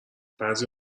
بعضی